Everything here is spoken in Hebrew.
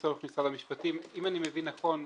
אם אני מבין נכון,